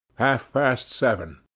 half-past seven.